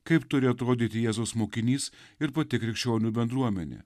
kaip turi atrodyti jėzus mokinys ir pati krikščionių bendruomenė